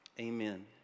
Amen